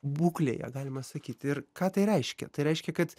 būklėje galima sakyti ir ką tai reiškia tai reiškia kad